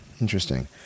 Interesting